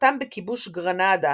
הצלחתם בכיבוש גרנדה